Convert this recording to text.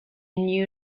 knew